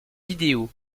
vidéo